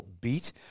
beat